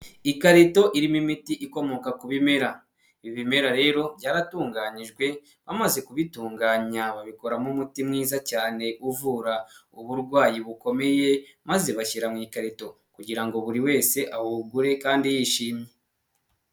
Ikarito irimo imiti ikomoka ku bimera, ibimera rero byaratunganyijwe bamaze kubitunganya babikoramo umuti mwiza cyane uvura uburwayi bukomeye maze bashyira mu ikarito kugira ngo buri wese awugure kandi yishimye.